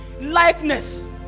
likeness